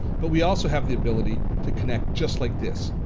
but we also have the ability to connect just like this.